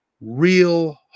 real